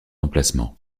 emplacement